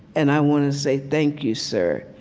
and i want to say, thank you, sir.